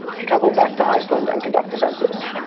to travel back to iceland and conduct a census.